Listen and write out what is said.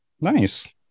nice